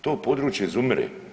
To područje izumire.